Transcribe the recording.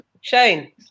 shane